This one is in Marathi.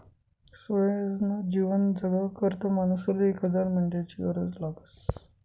सोयनं जीवन जगाकरता मानूसले एक हजार मेंढ्यास्नी गरज लागस